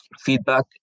feedback